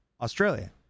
Australia